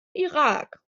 irak